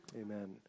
Amen